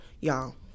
y'all